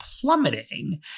plummeting